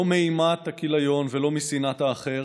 לא מאימת הכיליון ולא משנאת האחר